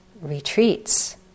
retreats